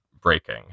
breaking